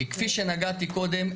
כפי שנגעתי קודם,